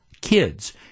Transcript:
kids